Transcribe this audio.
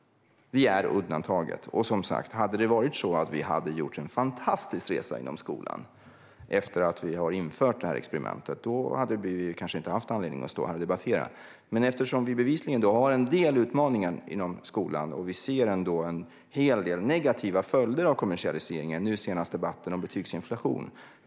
Vi är undantaget och, som sagt, hade det varit en fantastisk resa inom skolan efter att det här experimentet infördes, då hade vi kanske inte haft någon anledning att stå här och debattera. Men vi har bevisligen en del utmaningar inom skolan. Vi ser också en hel del negativa följder av kommersialiseringen - nu senast gällde det betygsinflation.